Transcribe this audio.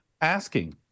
asking